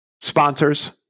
sponsors